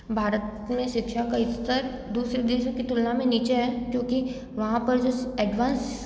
भारत में शिक्षा का स्तर दूसरे देशों की तुलना में नीचे है क्योंकि वहाँ पर जो एडवांस